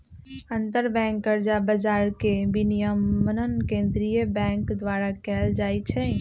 अंतरबैंक कर्जा बजार के विनियमन केंद्रीय बैंक द्वारा कएल जाइ छइ